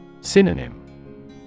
Synonym